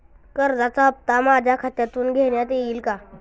कर्जाचा हप्ता माझ्या खात्यातून घेण्यात येईल का?